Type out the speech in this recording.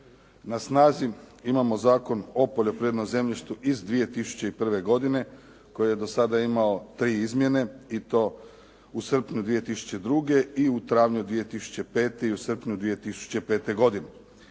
Na snazi imamo Zakon o poljoprivrednom zemljištu iz 2001. godine koji je do sada imao tri izmjene i to u srpnju 2002. i u travnju 2005. i u srpnju 2005. godine.